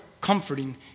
comforting